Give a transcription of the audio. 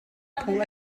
phung